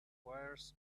wires